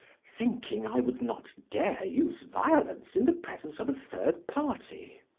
thinking i would not dare use violence in the presence of a third party.